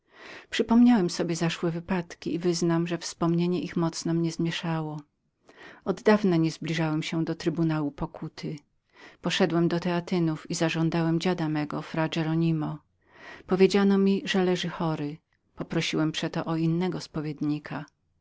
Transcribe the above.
przypomniałem sobie zaszłe wypadki i wyznam że wspomnienie ich mocno mnie zmieszało oddawna nie zbiżałemzbliżałem się do trybunału pokuty poszedłem do teatynów i zażądałem dziada mego fra hieronima powiedziano mi że leżał chory naówczas prosiłem o innego spowiednika